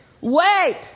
wait